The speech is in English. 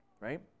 Right